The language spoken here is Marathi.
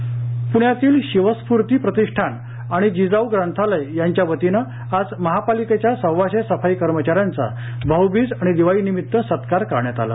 सत्कार पुण्यातील शिवस्फूर्ती प्रतिष्ठान आणि जिजाऊ ग्रंथालया यांच्या वतीनं आज महापालिकेच्या सव्वाशे सफाई कर्मचाऱ्यांचा भाऊबीज आणि दिवाळीनिमित्त सत्कार करण्यात आला